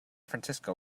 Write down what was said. francisco